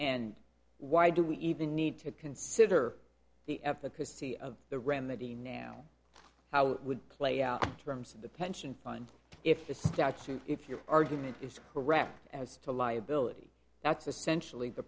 and why do we even need to consider the efficacy of the remedy now how it would play out terms of the pension fund if the statute if your argument is correct as to liability that's essentially